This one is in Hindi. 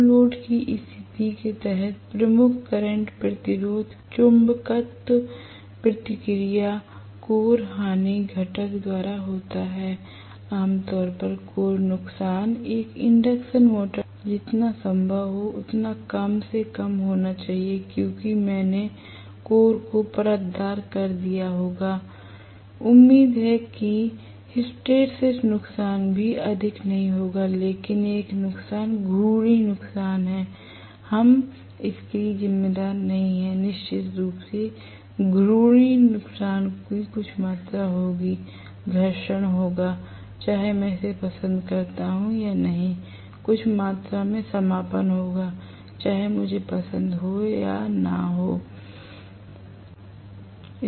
नो लोड की स्थिति के तहत प्रमुख करंट प्रतिरोध के चुंबकत्व प्रतिक्रिया कोर हानि घटक द्वारा होता है आम तौर पर कोर नुकसान एक इंडक्शन मोटर में जितना संभव हो उतना कम से कम होना चाहिए क्योंकि मैंने कोर को परतदार कर दिया होगा उम्मीद है कि हिस्टैरिसीस नुकसान भी अधिक नहीं होगा लेकिन एक नुकसान घूर्णी नुकसान है हम इसके लिए जिम्मेदार नहीं है निश्चित रूप से घूर्णी नुकसान की कुछ मात्रा होगी घर्षण होगा चाहे मैं इसे पसंद करता हूं या नहीं कुछ मात्रा में समापन होगा चाहे मुझे पसंद हो या न हो नहीं